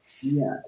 Yes